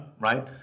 right